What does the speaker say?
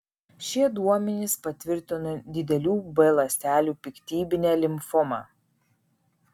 šie duomenys patvirtino didelių b ląstelių piktybinę limfomą